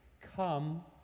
come